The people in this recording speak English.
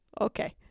Okay